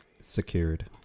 Secured